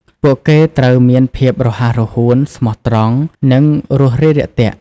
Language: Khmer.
ពួកគេត្រូវមានភាពរហ័សរហួន ស្មោះត្រង់ និងរួសរាយរាក់ទាក់។